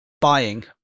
buying